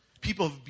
People